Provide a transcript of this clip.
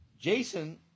Jason